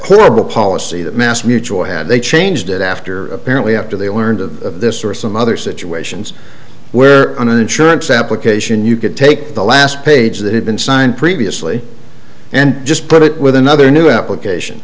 clearable policy that mass mutual had they changed it after apparently after they learned of this or some other situations where on an insurance application you could take the last page that had been signed previously and just put it with another new application